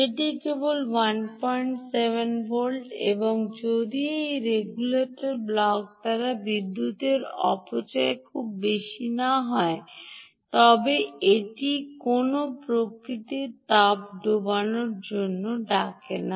এটি কেবল 17 ভোল্ট এবং যদি এই রেগুলেটর ব্লক দ্বারা বিদ্যুতের অপচয় খুব বেশি না হয় তবে এটি কোনও প্রকৃতির তাপ কমানোর জন্য ব্যবহার হয় না